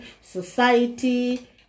society